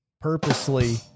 purposely